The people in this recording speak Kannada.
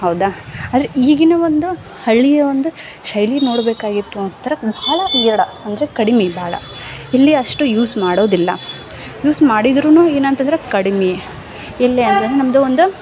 ಹೌದಾ ಆದರೆ ಈಗಿನ ಒಂದು ಹಳ್ಳಿಯ ಒಂದು ಶೈಲಿ ನೋಡಬೇಕಾಗಿತ್ತು ಅಂದ್ರೆ ಬಹಳ ವಿರಳ ಅಂದರೆ ಕಡಿಮೆ ಬಹಳ ಇಲ್ಲಿ ಅಷ್ಟು ಯೂಸ್ ಮಾಡೋದಿಲ್ಲ ಯೂಸ್ ಮಾಡಿದ್ದರೂನು ಏನಂತಂದ್ರೆ ಕಡಿಮೆ ಎಲ್ಲಿ ಆದರೂನು ನಮ್ಮದು ಒಂದು